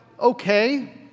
okay